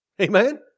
Amen